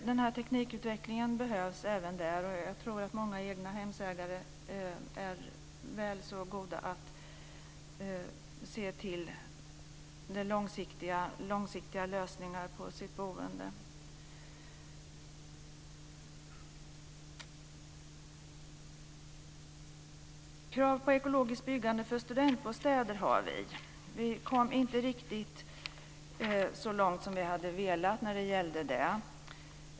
Den här teknikutvecklingen behövs även där, och jag tror att många egnahemsägare är väl så goda att se till långsiktiga lösningar på sitt boende. Vi har krav på ekologiskt byggande även i fråga om studentbostäder. Där kom vi inte riktigt så långt som vi hade velat.